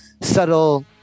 subtle